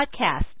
podcast